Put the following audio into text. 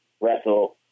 wrestle